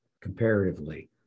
comparatively